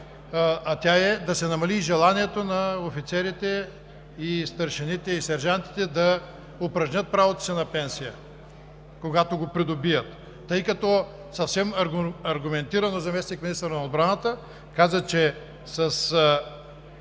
а тя е да се намали и желанието на офицерите, старшините и сержантите да упражнят правото си на пенсия, когато го придобият, тъй като съвсем аргументирано заместник-министърът на отбраната каза, че с